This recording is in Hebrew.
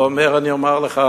הוא אומר: אני אומר לך,